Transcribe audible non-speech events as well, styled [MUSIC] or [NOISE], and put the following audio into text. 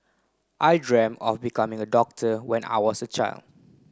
I [UNINTELLIGIBLE] of becoming a doctor when I was a child